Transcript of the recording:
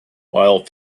while